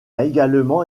également